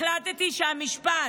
החלטתי שהמשפט: